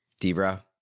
Debra